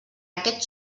aquest